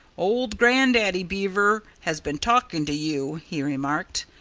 old grandaddy beaver has been talking to you, he remarked.